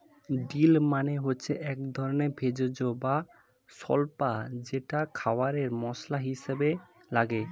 deal মানে হচ্ছে একধরনের ভেষজ বা স্বল্পা যেটা খাবারে মসলা হিসেবে লাগে